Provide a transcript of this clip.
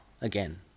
again